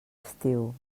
estiu